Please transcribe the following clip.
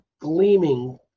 gleaming